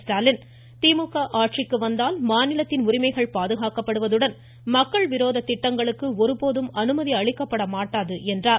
ஸ்டாலின் திமுக ஆட்சிக்கு வந்தால் மாநிலத்தின் உரிமைகள் பாதுகாக்கப்படுவதுடன் மக்கள் விரோத திட்டங்களுக்கு ஒருபோதும் அனுமதி அளிக்கப்பட மாட்டாது என்றார்